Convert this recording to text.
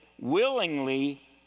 willingly